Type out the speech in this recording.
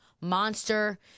monster